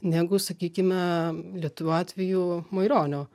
negu sakykime lietuvių atveju maironio